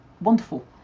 wonderful